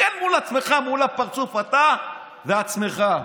תסתכל מול עצמך, מול הפרצוף, אתה ועצמך.